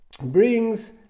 brings